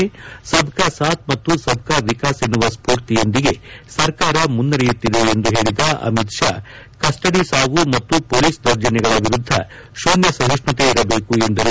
ಸಬ್ಕಾ ಸಾಥ್ ಮತ್ತು ಸಬ್ಕಾ ವಿಕಾಸ್ ಎನ್ನುವ ಸ್ಫೂರ್ತಿಯೊಂದಿಗೆ ಸರಕಾರ ಮುನ್ನಡೆಯುತ್ತಿದೆ ಎಂದು ಹೇಳಿದ ಅಮಿತ್ ಶಾ ಕಸ್ಲಡಿ ಸಾವು ಮತ್ತು ಪೊಲೀಸ್ ದೌರ್ಜನ್ಯಗಳ ವಿರುದ್ಧ ಶೂನ್ಯ ಸಹಿಷ್ಟುತೆ ಇರಬೇಕು ಎಂದರು